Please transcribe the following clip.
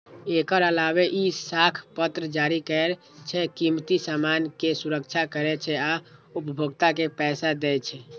एकर अलावे ई साख पत्र जारी करै छै, कीमती सामान के सुरक्षा करै छै आ उपभोक्ता के पैसा दै छै